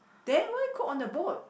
then why cook on the boat